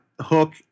hook